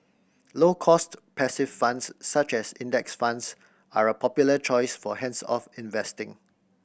low cost passive funds such as Index Funds are a popular choice for hands off investing